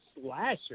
slasher